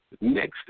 next